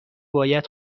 باید